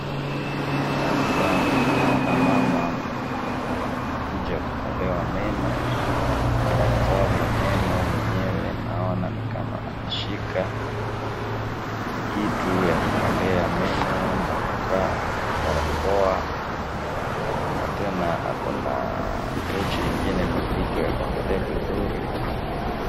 Hapa naona mama mwenye amekuja kung'olewa meno, na daktari wa meno mwenyewe naona kama ameshika kitu ya kung'olea meno na amevaa barakoa, na tena ako na tochi ingine kwa kichwa ya kuangalia vizuri.